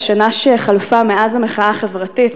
בשנה שחלפה מאז המחאה החברתית,